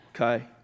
okay